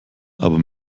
aber